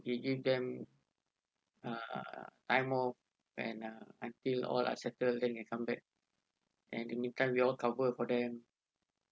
he give them uh time off and uh until all are settled then you come back and anytime we all cover for them